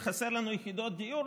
וחסרות לנו יחידות דיור.